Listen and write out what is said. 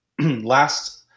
last